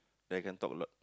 then I can talk a lot